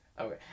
Okay